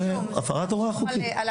אז מה